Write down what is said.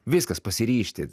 viskas pasiryžti